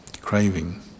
craving